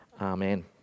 Amen